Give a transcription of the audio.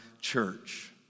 church